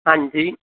ਹਾਂਜੀ